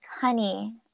honey